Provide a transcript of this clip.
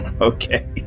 Okay